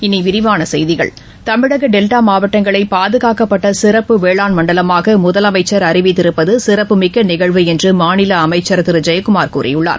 இனி விரிவான செய்திகள் தமிழக டெல்டா மாவட்டங்களை பாதுகாக்கப்பட்ட சிறப்பு வேளாண் மண்டலமாக முதலமைச்சர் அறிவித்திருப்பது சிறப்புமிக்க நிகழ்வு என்று மாநில அமைச்சர் திரு ஜெயக்குமார் கூறியுள்ளார்